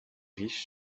riche